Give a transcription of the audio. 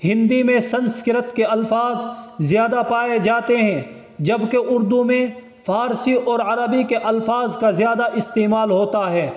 ہندی میں سنسکرت کے الفاظ زیادہ پائے جاتے ہیں جبکہ اردو میں فارسی اور عربی کے الفاظ کا زیادہ استعمال ہوتا ہے